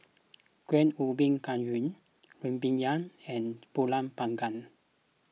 Kuih Ubi Kayu Rempeyek and Pulut Panggang